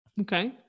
okay